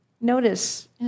notice